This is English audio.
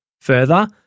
Further